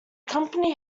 company